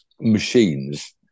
machines